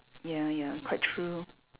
ya ya quite true